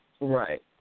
Right